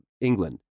England